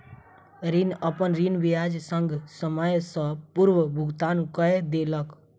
ऋणी, अपन ऋण ब्याज संग, समय सॅ पूर्व भुगतान कय देलक